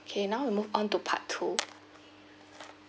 okay now we move on to part two